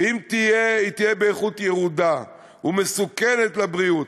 ואם תהיה, היא תהיה באיכות ירודה ומסוכנת לבריאות,